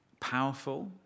powerful